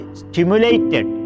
stimulated